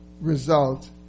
result